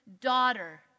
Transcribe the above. daughter